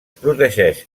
protegeix